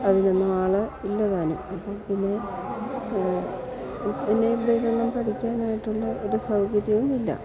അതിനൊന്നും ആൾ ഇല്ലതാനും ഇപ്പോൾപ്പിന്നെ പിന്നെയിവിടെനിന്നും പഠിക്കാനായിട്ടുള്ള ഒരു സൌകര്യവുമില്ല